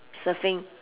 surfing